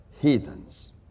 heathens